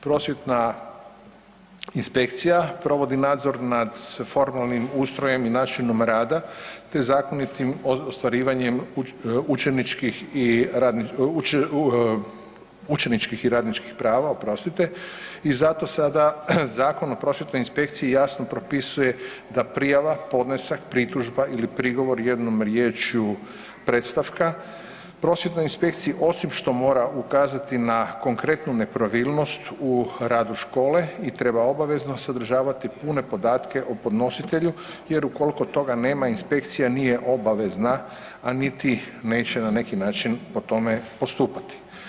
Prosvjetna inspekcija provodi nadzor nad formalnim ustrojem i načinom rada te zakonitim ostvarivanjem učeničkih i radničkih prava, oprostite, i zato sada Zakon o prosvjetnoj inspekciji jasno propisuje da prijava, podnesak, pritužba ili prigovor jednom riječju predstavka prosvjetnoj inspekciji osim što mora ukazati na konkretnu nepravilnost u radu škole i treba obavezno sadržavati pune podatke o podnositelju jer ukoliko toga nema inspekcija nije obavezna, a niti neće na neki način po tome postupati.